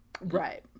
right